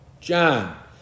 John